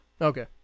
Okay